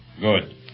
Good